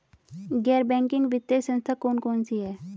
गैर बैंकिंग वित्तीय संस्था कौन कौन सी हैं?